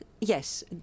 yes